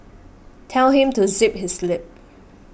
tell him to zip his lip